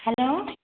hello